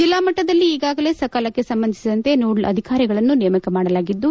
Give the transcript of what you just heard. ಜಲ್ಲಾ ಮಟ್ನದಲ್ಲಿ ಈಗಾಗಲೇ ಸಕಾಲಕ್ಷೆ ಸಂಬಂಧಿಸಿದಂತೆ ನೋಡಲ್ ಅಧಿಕಾರಿಗಳನ್ನು ನೇಮಕ ಮಾಡಲಾಗಿದ್ದು